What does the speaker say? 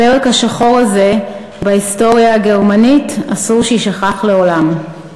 הפרק השחור הזה בהיסטוריה הגרמנית אסור שיישכח לעולם.